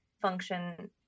function